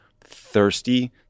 thirsty